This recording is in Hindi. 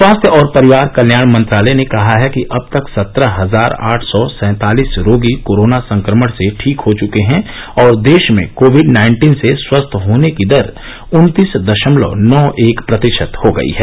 स्वास्थ्य और परिवार कल्याण मंत्रालय ने कहा है कि अब तक सत्रह हजार आठ सौ सँतालिस रोगी कोरोना संक्रमण से ठीक हो चुके है और देश में कोविड नाइन्टीन से स्वस्थ होने की दर उत्तीस दशमलव नौ एक प्रतिशत हो गई है